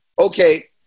okay